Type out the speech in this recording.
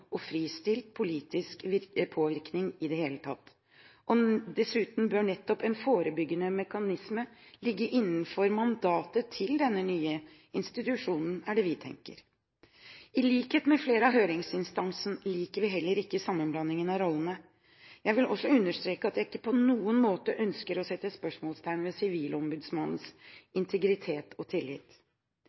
og fristilt politisk påvirkning i det hele tatt. Dessuten bør nettopp en forebyggende mekanisme ligge innenfor mandatet til denne nye institusjonen. I likhet med flere av høringsinstansene liker vi heller ikke sammenblandingen av rollene. Jeg vil også understreke at jeg ikke på noen måte ønsker å sette spørsmålstegn ved Sivilombudsmannens integritet og tillit.